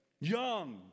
young